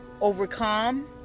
overcome